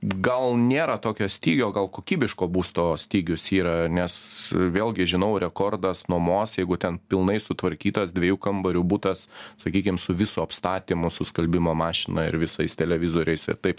gal nėra tokio stygio gal kokybiško būsto stygius yra nes vėlgi žinau rekordas nuomos jeigu ten pilnai sutvarkytas dviejų kambarių butas sakykim su visu apstatymu su skalbimo mašina ir visais televizoriais ir taip